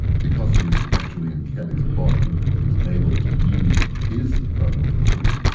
because he is actually in kelly's body, he is able to use his vocal cords,